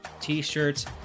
t-shirts